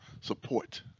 support